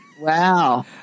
Wow